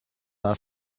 that